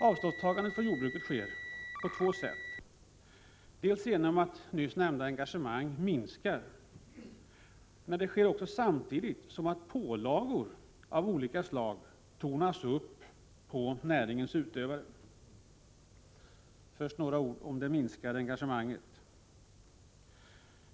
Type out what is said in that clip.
Avståndstagandet från jordbruket tar sig uttryck på två sätt: dels genom den nyss nämnda minskningen av engagemanget, dels genom att pålagor av olika slag tornas upp på näringens utövare. Först några ord om det minskade engagemanget.